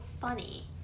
funny